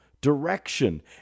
direction